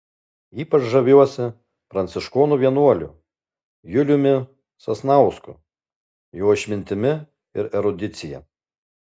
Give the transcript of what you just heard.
ypač žaviuosi pranciškonų vienuoliu juliumi sasnausku jo išmintimi ir erudicija